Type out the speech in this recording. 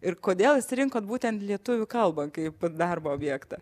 ir kodėl išsirinkot būtent lietuvių kalbą kaip darbo objektą